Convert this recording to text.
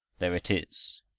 there it is,